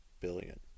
billion